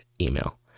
email